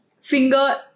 finger